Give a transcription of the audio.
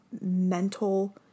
mental